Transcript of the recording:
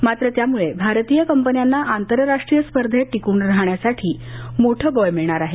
मात्र त्यामुळे भारतीय कंपन्यांना आंतरराष्ट्रीय स्पर्धेत टिकून राहण्यासाठी मोठं बळ मिळणार आहे